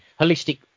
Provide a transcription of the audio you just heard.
holistic